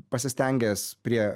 pasistengęs prie